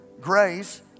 grace